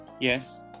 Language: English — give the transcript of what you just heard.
Yes